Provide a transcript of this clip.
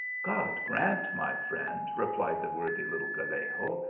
god grant, my friend, replied the worthy little gallego,